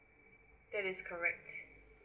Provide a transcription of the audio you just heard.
that's correct